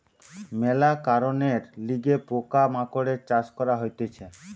মেলা কারণের লিগে পোকা মাকড়ের চাষ করা হতিছে